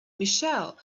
michelle